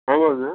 ஆமாம்ங்க